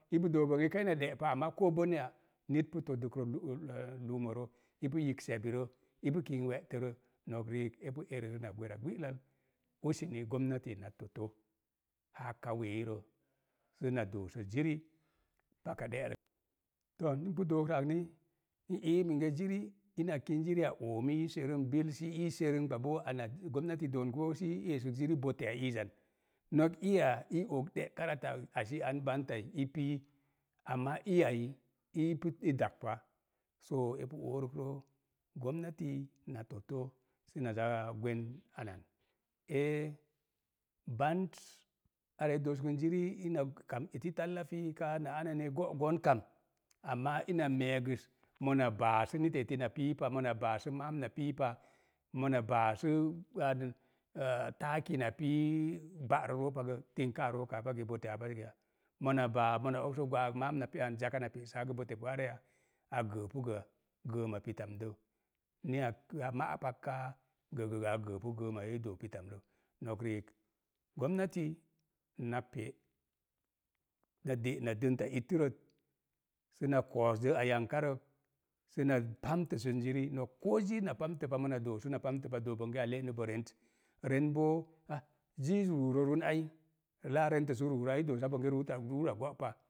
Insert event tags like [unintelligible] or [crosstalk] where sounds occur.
Ipu dook bonge kaina de'pa, amaa koo boneya nit pu todəkrə [hesitation] luumorə, ipu yibk sebi rə i pu kink we'tərə. Nok riik, epu erərə na gwera gbilal, useni gomnati na totə haa [unintelligible] rə səana doosə ziri paka de'rəka to̱ ni npu dook rə ak ni n ii minge jiri ina kin jiri a oomii serəm bil sə i serəm ɓa boo ana gomnati doon boo esək jiri [unintelligible] a iizan. Nok iya i og de'ka rata asi'an bantai i pii, amaa iyai i pu i dakpa. Soo epu oorəkrə, gomnati na totə səna zaa gwen anan. Ee, bant ara i dooskən jiri ina kam ina esi [unintelligible] kaa na aneni, go'gon kam, amaa ina meegəs, mona baa sə niteti na piipa, mona baa sə maan na piipa, mona baa sə an [hesitation] [unintelligible] na pii bárə roopa gə, tinka a rok a pake [unintelligible] aa paje ya. Mona baa mona ogsə gwaag maam na pe'an zaka na pa'saagə [unintelligible] a gəəpu gə, gəəama pitamdə. Ni a má pak kaa, gə gə a gəəpu gəəma idoo pitam də. Nok riik gomnati, na pe’ na de'na donta ittərət səna koos də'a yankarək, səna [unintelligible] jiri nok ko jiiz ina [unintelligible] pa, mona doosu na [unintelligible] pa, dook bonge a le'lubo rent. Rent boo, á ziiz ruurə run ai, laa rentə sə ruurə ai, i doosa bonge ruutta ruurat.